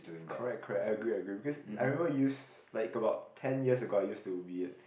correct correct I agree I agree because I remember use like about ten years ago I used to be a